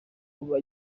kuba